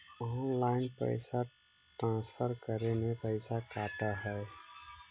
Online पैसा transfer करे में पैसा कटा है?